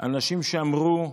אנשים שאמרו: